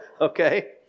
Okay